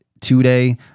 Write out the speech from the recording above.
today